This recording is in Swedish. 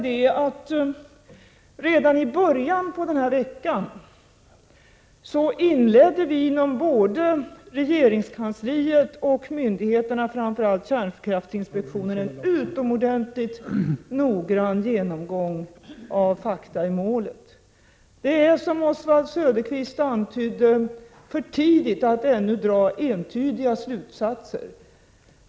Redan i början av denna vecka inleddes både inom regeringskansliet och inom myndigheterna, framför allt kärnkraftsinspektionen, en utomordentligt noggrann genomgång av fakta i målet. Det är, som Oswald Söderqvist antydde, ännu för tidigt att dra några entydiga slutsatser.